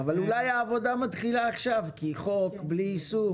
אבל אולי העבודה מתחילה עכשיו כי חוק בלי יישום,